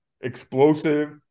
explosive